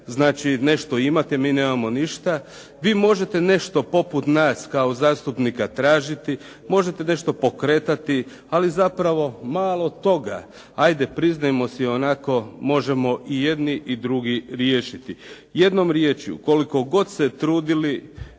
Znači nešto imate, mi nemamo ništa. Vi možete nešto poput nas kao zastupnika tražiti, možete nešto pokretati, ali zapravo malo toga, ajde priznajmo si onako, možemo i jedni i drugi riješiti. Jednom riječju, koliko god se trudili,